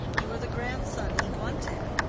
you are the grandson he wanted.